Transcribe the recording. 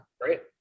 great